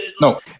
No